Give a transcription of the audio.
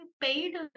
paid